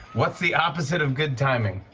what's the opposite of good timing?